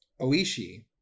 Oishi